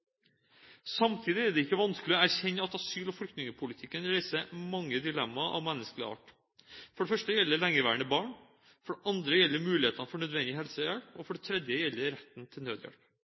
Samtidig er det ikke vanskelig å erkjenne at asyl- og flyktningpolitikken reiser mange dilemmaer av menneskelig art. For det første gjelder det lengeværende barn, for det andre gjelder det mulighetene for nødvendig helsehjelp, og for det tredje gjelder det retten til nødhjelp.